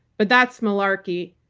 but that's malarkey.